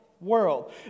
world